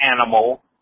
animal